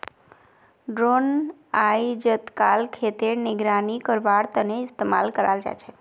drone अइजकाल खेतेर निगरानी करवार तने इस्तेमाल कराल जाछेक